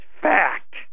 fact